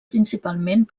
principalment